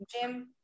jim